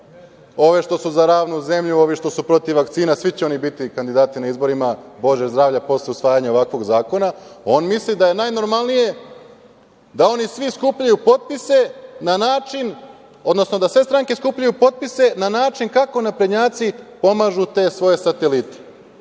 ove što su za ravnu zemlju, ove što su protiv vakcina, svi će oni biti kandidati na izborima, Bože zdravlja, posle usvajanja ovakvog zakona. On misli da je najnormalnije da oni svi skupljaju potpise na način, odnosno da sve stranke skupljaju potpise na način kako naprednjaci pomažu te svoje satelite.